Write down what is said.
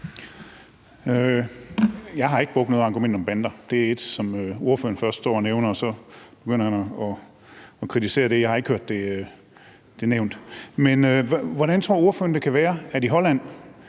Jeg har ikke brugt noget argument om bander – det er noget, som ordføreren først står og nævner, og så begynder han at kritisere det. Jeg har ikke hørt det nævnt før. Men hvordan tror ordføreren det kan være, at der i Holland,